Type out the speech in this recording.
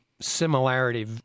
similarity